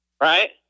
right